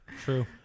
True